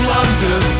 London